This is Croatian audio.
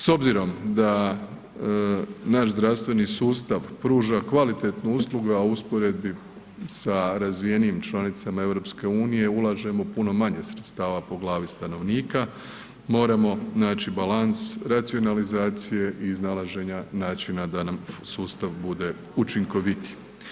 S obzirom da naš zdravstveni sustav pruža kvalitetnu uslugu, a u usporedbi sa razvijenijim članicama EU ulažemo puno manje sredstava po glavi stanovnika, moramo naći balans racionalizacije i iznalaženja načina da nam sustav bude učinkovitiji.